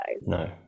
no